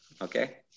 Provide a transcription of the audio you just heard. Okay